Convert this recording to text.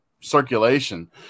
circulation